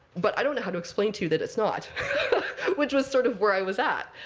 but i don't know how to explain to you that it's not which was sort of where i was at.